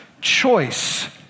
choice